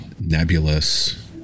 nebulous